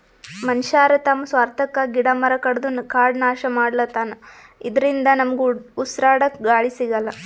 ಮನಶ್ಯಾರ್ ತಮ್ಮ್ ಸ್ವಾರ್ಥಕ್ಕಾ ಗಿಡ ಮರ ಕಡದು ಕಾಡ್ ನಾಶ್ ಮಾಡ್ಲತನ್ ಇದರಿಂದ ನಮ್ಗ್ ಉಸ್ರಾಡಕ್ಕ್ ಗಾಳಿ ಸಿಗಲ್ಲ್